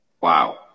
Wow